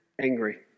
angry